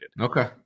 Okay